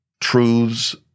truths